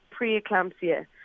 preeclampsia